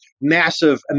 massive